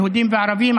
יהודים וערבים,